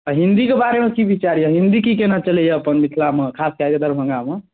आ हिंदीके बारेमे की विचार यए हिंदी की केना चलैए अपन मिथिलामे खास कए कऽ दरभंगामे